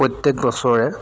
প্ৰত্যেক বছৰে